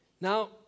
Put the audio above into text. now